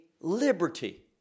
liberty